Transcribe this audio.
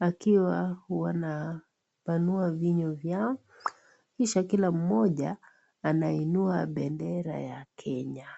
wakiwa wanapanua vinywa vyao kisha kila mmoja anainua bendera ya Kenya.